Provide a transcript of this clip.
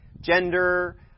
gender